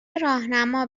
راهنما